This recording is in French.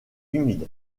humide